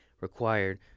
required